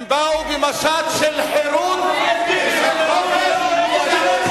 הם באו במשט של חירות ושל חופש,